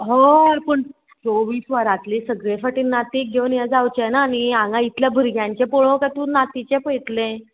होय पूण चोवीस वरांतली सगळे फाटी नातीक घेवन हे जावचे ना न्ही हांगा इतल्या भुरग्यांचे पळोवक काय तूं नातीचे पळयतले